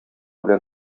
белән